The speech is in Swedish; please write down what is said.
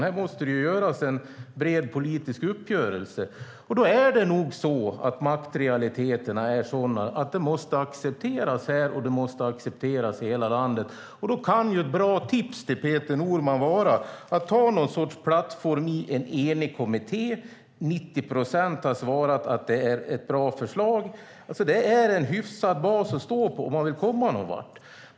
Här måste göras en bred politisk uppgörelse, och då är maktrealiteterna sådana att den måste accepteras både i riksdagen och i hela landet. Ett tips till Peter Norman kan därför vara att ha någon sorts plattform i en enig kommitté. 90 procent har svarat att det är ett bra förslag. Det är en hyfsad bas att stå på om man vill komma någon vart.